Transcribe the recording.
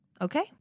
Okay